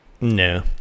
No